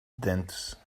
dentist